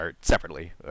separately